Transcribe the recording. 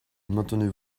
maintenez